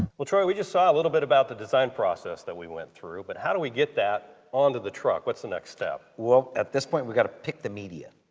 well troy we just saw a little bit about the design process we went through, but how do we get that onto the truck? what's the next step? well at this point we gotta pick the media.